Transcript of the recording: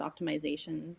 optimizations